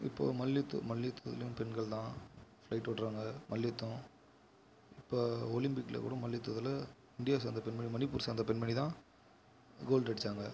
இப்போது மல்யுத்தம் மல்யுத்தத்துலேயும் பெண்கள் தான் ஃப்ளைட் ஓட்டுறாங்க மல்யுத்தம் இப்போது ஒலிம்பிக்கில் கூட மல்யுத்தத்தில் இண்டியா சார்ந்த பெண்மணி மணிப்பூர் சார்ந்த பெண்மணி தான் கோல்டு அடித்தாங்க